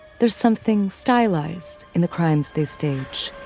there's something stylized in the crimes this stage